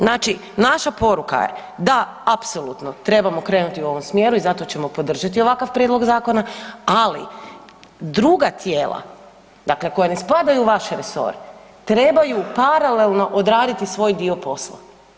Znači naša poruka je da apsolutno trebamo krenuti u ovom smjeru i zato ćemo podržati ovakav prijedlog zakona, ali druga tijela dakle koja ne spadaju u vaše resore trebaju paralelno odraditi svoj dio posla.